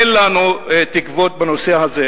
אין לנו תקוות בנושא הזה.